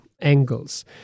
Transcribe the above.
angles